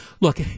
look